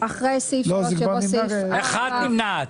אחת נמנעת.